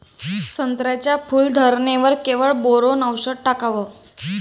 संत्र्याच्या फूल धरणे वर केवढं बोरोंन औषध टाकावं?